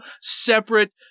separate